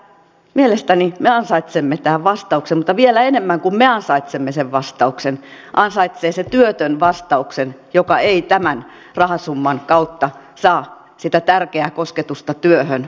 mielestäni me ansaitsemme tähän vastauksen mutta vielä enemmän kuin me ansaitsemme sen vastauksen ansaitsee se työtön vastauksen joka ei tämän rahasumman kautta saa sitä tärkeää kosketusta työhön ei työllisty